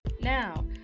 Now